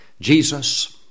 Jesus